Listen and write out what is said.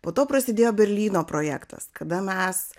po to prasidėjo berlyno projektas kada mes